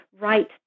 right